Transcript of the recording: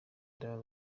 dans